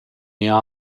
jada